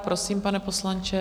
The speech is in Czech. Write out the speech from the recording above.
Prosím, pane poslanče.